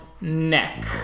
neck